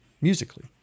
musically